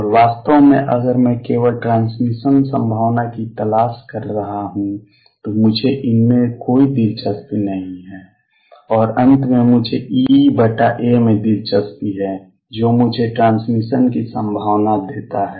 और वास्तव में अगर मैं केवल ट्रांसमिशन संभावना की तलाश कर रहा हूं तो मुझे इनमें कोई दिलचस्पी नहीं है और अंत में मुझे EA में दिलचस्पी है जो मुझे ट्रांसमिशन की संभावना देता है